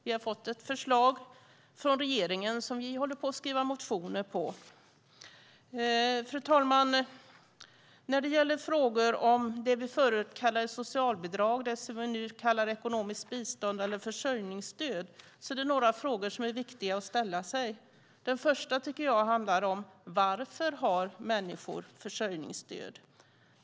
Vi har fått ett förslag från regeringen som vi håller på att skriva motioner på. Fru talman! När det gäller frågor om det vi förut kallade socialbidrag och som vi nu kallar ekonomiskt bistånd eller försörjningsstöd är det några frågor som är viktiga att ställa sig. Den första tycker jag handlar om varför människor har försörjningsstöd.